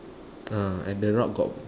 ah at the rock got